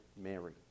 Mary